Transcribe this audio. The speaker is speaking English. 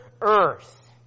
earth